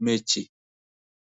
mechi.